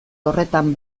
horretan